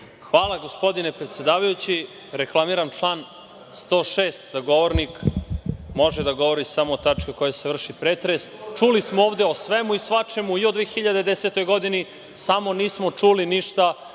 Hvala, gospodine predsedavajući. Reklamiram član 106, da govornik može da govori samo o tački o kojoj se vrši pretres. Čuli smo ovde o svemu i svačemu, i o 2010. godini, samo nismo čuli ništa